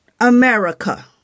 America